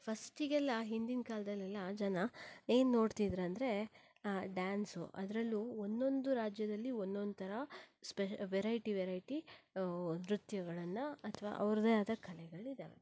ಫಸ್ಟಿಗೆಲ್ಲ ಹಿಂದಿನ ಕಾಲದಲ್ಲಿ ಜನ ಏನು ನೋಡ್ತಿದ್ರಂದರೆ ಡ್ಯಾನ್ಸ್ ಅದರಲ್ಲೂ ಒಂದೊಂದು ರಾಜ್ಯದಲ್ಲಿ ಒಂದೊಂದು ಥರ ಸ್ಪೆ ವೆರೈಟಿ ವೆರೈಟಿ ನೃತ್ಯಗಳನ್ನು ಅಥವಾ ಅವರದ್ದೇ ಆದ ಕಲೆಗಳಿದ್ದಾವೆ